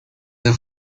the